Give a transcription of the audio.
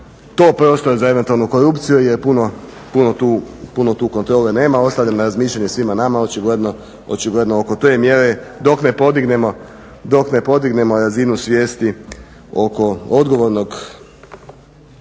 to prostor za eventualno korupciju je puno tu kontrole nema, ostavljam na razmišljanje svima nama očigledno oko te mjere dok ne podignemo razinu svijesti oko odgovornog